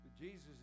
Jesus